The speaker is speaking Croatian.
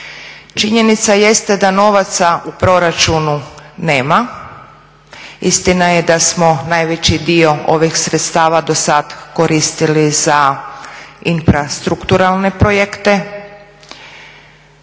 Činjenica jeste da novaca u proračunu nema, istina je da smo najveći dio ovih sredstava do sada koristili za infrastrukturalne projekte.